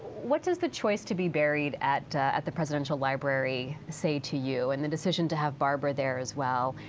what does the choice to be buried at at the presidential library say to you and the decision to have barbara there as well?